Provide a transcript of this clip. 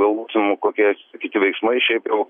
lauksim kokie kiti veiksmai šiaip jau